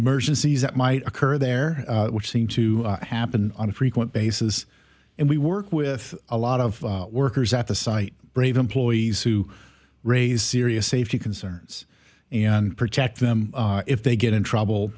emergencies that might occur there which seem to happen on a frequent basis and we work with a lot of workers at the site brave employees who raise serious safety concerns and protect them if they get in trouble